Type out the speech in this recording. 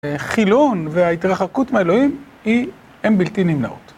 חילון וההתרחקות מאלוהים הן בלתי נמנעות.